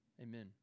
Amen